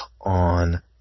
on